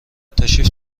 تشریف